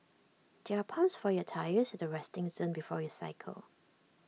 there are pumps for your tyres at the resting zone before you cycle